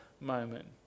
moment